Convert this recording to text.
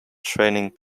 training